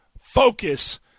focus